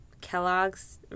Kellogg's